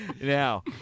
Now